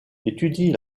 étudie